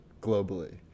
globally